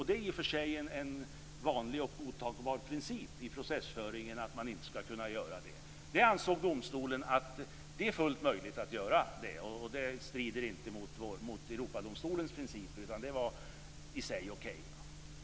Det är i och för sig en vanlig och godtagbar princip i processföringen att man inte skall kunna göra det. Nu ansåg domstolen att det är fullt möjligt att göra det. Det strider inte mot Europadomstolens principer. Det var i sig okej.